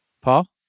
Paul